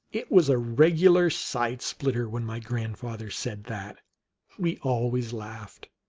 it was a regular side-splitter. when my grandfather said that we always laughed.